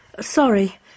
Sorry